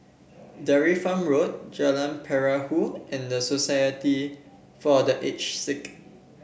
Dairy Farm Road Jalan Perahu and the Society for The Aged Sick